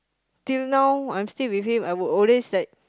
till now I'm still with him I would always like